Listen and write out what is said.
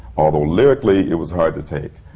although lyrically, it was hard to take.